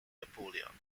napoleon